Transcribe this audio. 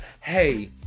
hey